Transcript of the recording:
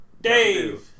Dave